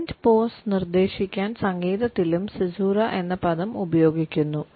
Silent pause നിർദ്ദേശിക്കാൻ സംഗീതത്തിലും caesura എന്ന പദം ഉപയോഗിക്കുന്നു